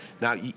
Now